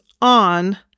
on